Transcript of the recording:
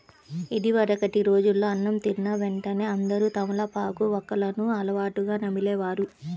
ఇదివరకటి రోజుల్లో అన్నం తిన్న వెంటనే అందరూ తమలపాకు, వక్కలను అలవాటుగా నమిలే వారు